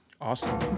Awesome